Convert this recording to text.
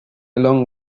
along